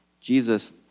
Jesus